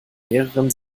mehreren